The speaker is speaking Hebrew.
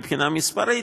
מבחינה מספרית.